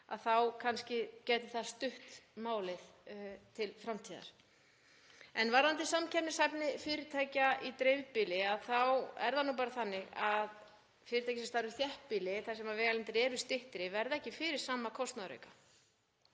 þá kannski gæti það stutt málið til framtíðar. Varðandi samkeppnishæfni fyrirtækja í dreifbýli þá er það nú bara þannig að fyrirtæki sem starfa í þéttbýli, þar sem vegalengdir eru styttri, verða ekki fyrir sama kostnaðarauka.